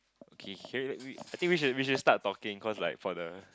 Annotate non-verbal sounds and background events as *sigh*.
okay can you *noise* I think we should we should start talking cause like for the